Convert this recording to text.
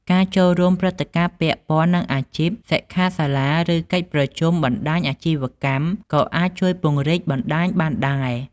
ការចូលរួមព្រឹត្តិការណ៍ពាក់ព័ន្ធនឹងអាជីព សិក្ខាសាលា ឬកិច្ចប្រជុំបណ្ដាញអាជីវកម្ម ក៏អាចជួយពង្រីកបណ្ដាញបានដែរ។